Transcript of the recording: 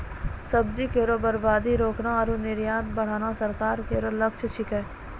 सब्जी केरो बर्बादी रोकना आरु निर्यात बढ़ाना सरकार केरो लक्ष्य छिकै